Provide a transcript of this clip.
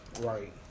Right